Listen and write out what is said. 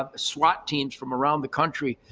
ah swat teams from around the country.